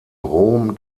rom